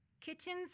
Kitchens